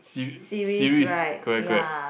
se~ series correct correct